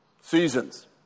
seasons